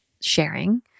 sharing